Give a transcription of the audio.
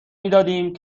میدادیم